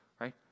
right